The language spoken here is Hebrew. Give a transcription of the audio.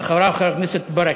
ואחריו, חבר הכנסת ברכה.